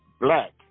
black